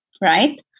Right